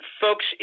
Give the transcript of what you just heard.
folks